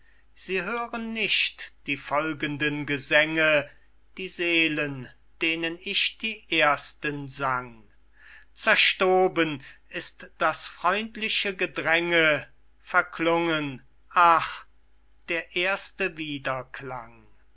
sie hören nicht die folgenden gesänge die seelen denen ich die ersten sang zerstoben ist das freundliche gedränge verklungen ach der erste